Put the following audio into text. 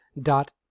dot